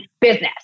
business